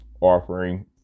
offering